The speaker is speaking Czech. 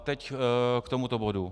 Teď k tomuto bodu.